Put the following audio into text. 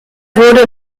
wurde